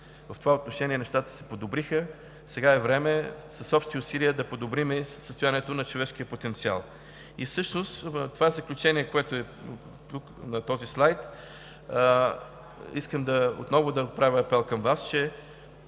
В това отношение нещата се подобриха. Сега е време с общи усилия да подобрим състоянието на човешкия потенциал. Всъщност със заключението, което е на този слайд, искам отново да отправя апел към Вас, че